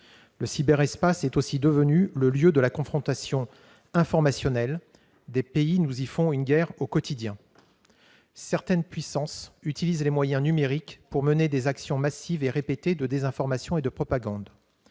Le cyberespace est aussi devenu le lieu de la confrontation informationnelle. Certains pays nous y livrent une guerre au quotidien. Certaines puissances utilisent les moyens numériques pour mener des actions massives et répétées de désinformation et de propagande.